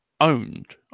owned